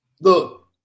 look